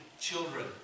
children